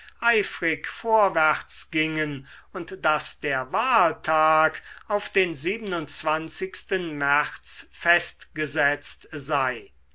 eifrig vorwärts gingen und daß der wahltag auf den märz festgesetzt sei